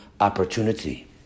opportunity